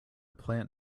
plant